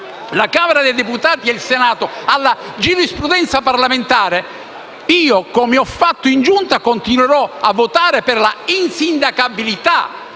la Camera dei deputati e il Senato e alla giurisprudenza parlamentare, come ho fatto in Giunta, continuerò a votare per l'insindacabilità